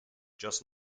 just